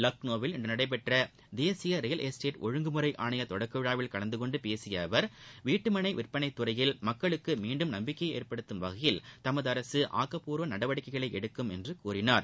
லக்னோவில் இன்று நடைபெற்ற தேசிய ரியல் எஸ்டேட் ஒழுங்குமுறை ஆணைய தொடக்க விழாவில் கலந்து கொண்டு பேசிய அவர் வீட்டுமளை விற்பனை துறையில் மக்களுக்கு மீண்டும் நம்பிக்கையை ஏற்படுத்தும் வகையில் தமது அரசு ஆக்கப்பூர்வ நடவடிக்கைகளை எடுக்கும் என்று கூறினார்